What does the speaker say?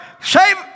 save